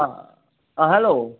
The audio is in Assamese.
অ হেল্ল'